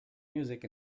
music